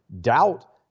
doubt